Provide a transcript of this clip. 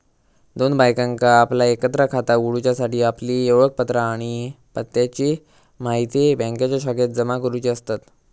दोन बायकांका आपला एकत्र खाता उघडूच्यासाठी आपली ओळखपत्रा आणि पत्त्याची म्हायती बँकेच्या शाखेत जमा करुची असतत